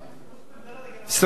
27 בעד,